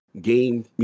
Game